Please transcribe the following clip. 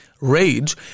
Rage